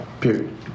Period